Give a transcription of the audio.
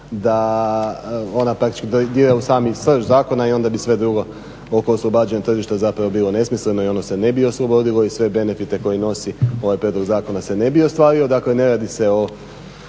da ona praktički dira u samu srž zakona i onda bi sve drugo oko oslobađanja tržišta zapravo bilo nesmisleno i ono se ne bi oslobodilo i sve benefite koje nosi ovaj prijedlog zakona se ne bi ostvario. Dakle, ne radi se o